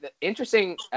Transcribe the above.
interesting